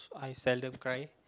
I seldom cry